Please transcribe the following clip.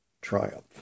triumph